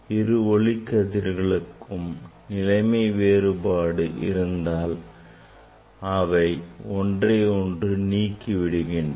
இரு ஒளிக்கதிர்களுக்கும் நிலைமை வேறுபாடு இருந்தால் அவை ஒன்றை ஒன்று நீக்கி விடுகின்றன